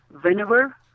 whenever